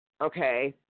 okay